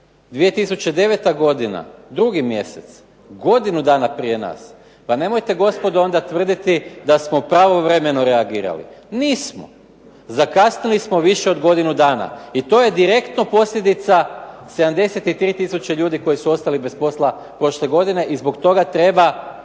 2009. godina, 2 mjesec. Godinu dana prije nas. Pa nemojte gospodo onda tvrditi da smo pravovremeno reagirali. Nismo! Zakasnili smo više od godinu dana i to je direktno posljedica 73 tisuće ljudi koji su ostali bez posla prošle godine i zbog toga treba